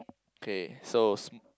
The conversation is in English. okay so